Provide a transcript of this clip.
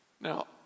Now